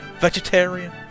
Vegetarian